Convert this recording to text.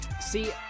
See